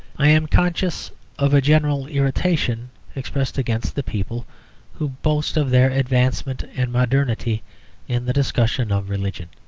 i am conscious of a general irritation expressed against the people who boast of their advancement and modernity in the discussion of religion.